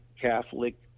Catholic